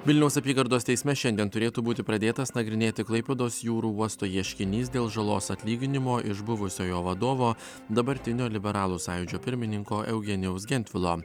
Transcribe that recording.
vilniaus apygardos teisme šiandien turėtų būti pradėtas nagrinėti klaipėdos jūrų uosto ieškinys dėl žalos atlyginimo iš buvusio jo vadovo dabartinio liberalų sąjūdžio pirmininko eugenijaus gentvilo